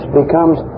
becomes